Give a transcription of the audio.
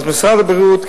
אז משרד הבריאות,